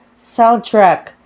soundtrack